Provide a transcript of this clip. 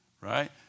right